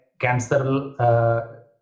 cancer